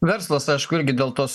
verslas aišku irgi dėl tos